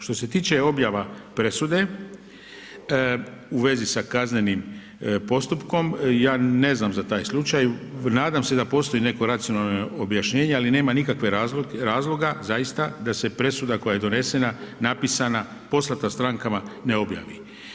Što se tiče objava presude, u vezi sa kaznenim postupkom, ja ne znam za taj slučaj, nadam se da postoji neko racionalno objašnjenje ali nema nikakvog razloga zaista da se presuda koja je donesena, napisana, poslata strankama ne objavi.